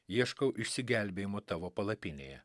ieškau išsigelbėjimo tavo palapinėje